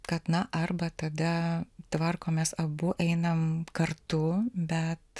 kad na arba tada tvarkomės abu einam kartu bet